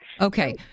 okay